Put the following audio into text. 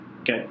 Okay